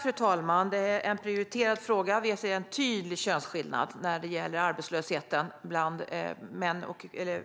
Fru talman! Det är en prioriterad fråga. Vi ser en tydlig könsskillnad när det gäller arbetslösheten bland